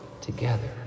together